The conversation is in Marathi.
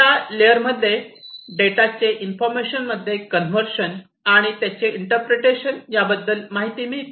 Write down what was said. या लेअर मध्ये डेटाचे इन्फॉर्मेशन मध्ये कन्व्हर्शन आणि त्याचे इंटरप्रेटेशन याबद्दल माहिती मिळते